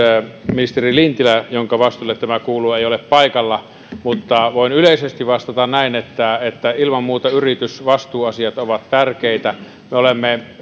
ministeri lintilä jonka vastuulle tämä kuuluu ei ole paikalla mutta voin yleisesti vastata näin että että ilman muuta yritysvastuuasiat ovat tärkeitä me olemme